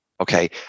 Okay